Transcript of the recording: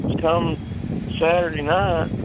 come saturday night,